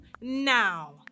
now